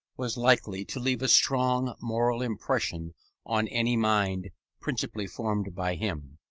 was likely to leave a strong moral impression on any mind principally formed by him,